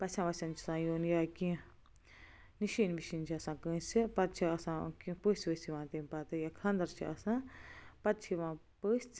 پژھٮ۪ن وژھٮ۪ن چھُ آسان یُن یا کیٚنٛہہ نِشٲنۍ وِشٲنۍ چھِ آسان کٲنٛسہِ پتہٕ چھُ آسان کیٚنٛہہ پٔژھۍ ؤژھۍ یِوان تمہِ پتہٕ یا خانٛدر چھُ آسان پتہٕ چھِ یِوان پٔژھۍ